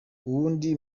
uwundi